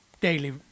daily